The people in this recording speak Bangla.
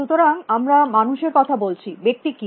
সুতরাং আমরা মানুষের কথা বলছি ব্যক্তি কী